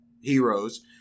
heroes